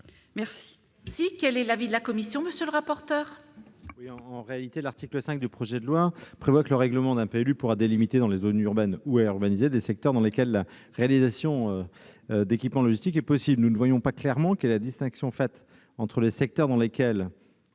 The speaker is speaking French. Quel est l'avis de la commission ? L'article 5 du projet de loi prévoit que le règlement d'un PLU pourra délimiter, dans les zones urbaines ou à urbaniser, des secteurs dans lesquels la réalisation d'équipements logistiques est possible. Nous ne comprenons pas clairement quelle est la distinction faite entre les secteurs dans lesquels